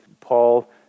Paul